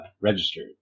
registered